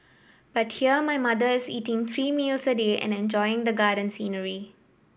but here my mother is eating three meals a day and enjoying the garden scenery